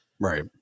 Right